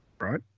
right